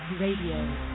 Radio